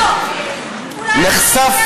לא, הוא רוצה